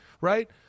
Right